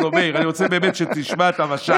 מאיר, אני רוצה באמת שתשמע את המשל.